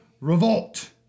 revolt